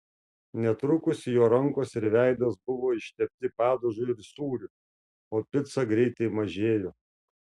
netrukus jo rankos ir veidas buvo ištepti padažu ir sūriu o pica greitai mažėjo